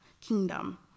kingdom